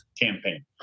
campaign